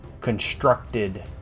constructed